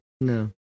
No